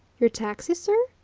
your taxi, sir?